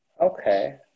Okay